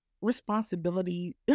responsibility